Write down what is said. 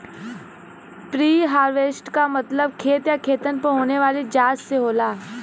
preharvest क मतलब खेत या खेतन पर होने वाली जांच से होला